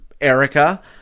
erica